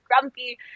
grumpy